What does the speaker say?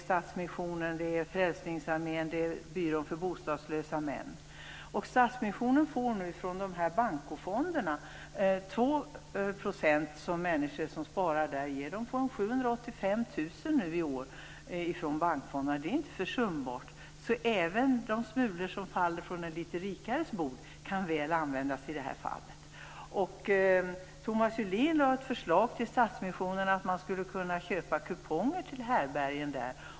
Stadsmissionen, Frälsningsarmén och Byrån för bostadslösa män hjälper dem. Från Bancofonderna får Stadsmissionen 2 % av det som människor sparar där. De får 785 000 kr nu i år från Bancofonderna. Det är inte försumbart. Även de smulor som faller från den litet rikares bord kan användas väl i det här fallet. Thomas Julin lade fram ett förslag till Stadsmissionen om att man skulle kunna köpa kuponger till härbärgen där.